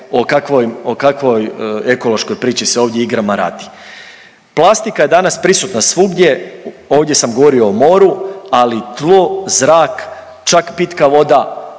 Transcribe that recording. o kakvoj ekološkoj priči se i igrama radi. Plastika je danas prisutna svugdje, ovdje sam govorio o moru, ali tlo, zrak, čak pitka voda,